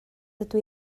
dydw